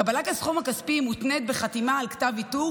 קבלת הסכום הכספי מותנית בחתימה על כתב ויתור